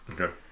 Okay